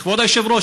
כבוד היושב-ראש,